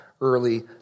early